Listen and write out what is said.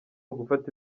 ugufata